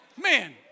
Man